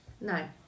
No